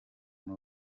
muri